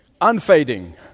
unfading